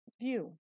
view